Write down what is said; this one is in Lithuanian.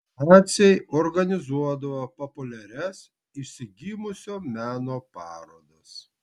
naciai organizuodavo populiarias išsigimusio meno parodas